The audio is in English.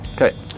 Okay